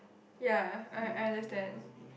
ya I I understand